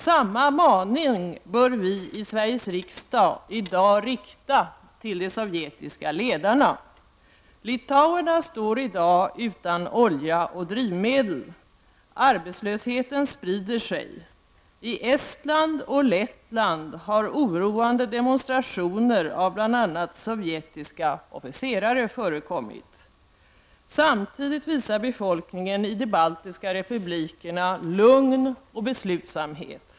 Samma maning bör vi i Sveriges riksdag i dag rikta till de sovjetiska ledarna. Litauerna står i dag utan olja och drivmedel. Arbetslösheten sprider sig. I Estland och Lettland har oroande demonstrationer bl.a. av sovjetiska officerare förekommit. Samtidigt visar befolkningen i de baltiska republikerna lugn och beslutsamhet.